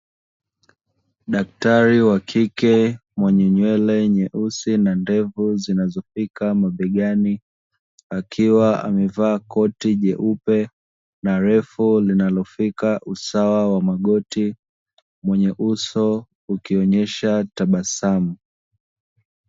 Daktari wa kike mwenye nywele nyeusi na ndefu zinazofika mabegani, akiwa amevaa koti jeupe na refu linalofika usawa wa magoti mwenye uso ukionyesha tabasamu.